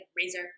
razor